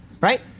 Right